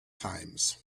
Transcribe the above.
times